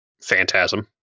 Phantasm